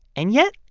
and yet,